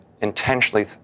intentionally